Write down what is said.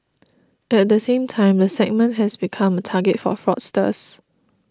at the same time the segment has become a target for fraudsters